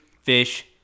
fish